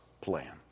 plan